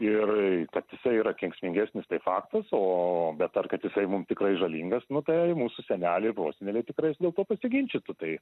ir kad jisai yra kenksmingesnis tai faktas o bet ar kad jisai mum tikrai žalingas nu tai mūsų seneliai ir proseneliai tikrai dėl to pasiginčytų tai